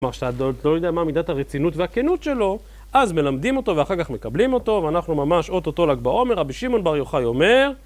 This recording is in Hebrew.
כלומר שאתה עוד לא יודע מה מידת הרצינות והכנות שלו, אז מלמדים אותו ואחר כך מקבלים אותו ואנחנו ממש אוטוטו ל"ג בעומר. רבי שמעון בר יוחאי אומר...